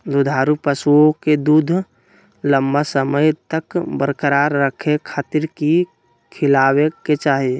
दुधारू पशुओं के दूध लंबा समय तक बरकरार रखे खातिर की खिलावे के चाही?